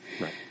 Right